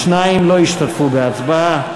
שניים לא השתתפו בהצבעה.